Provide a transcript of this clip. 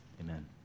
Amen